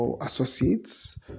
associates